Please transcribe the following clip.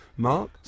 Mark